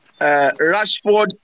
Rashford